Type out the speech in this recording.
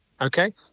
Okay